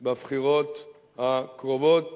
בבחירות הקרובות